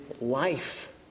life